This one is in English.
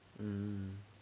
mmhmm